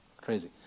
Crazy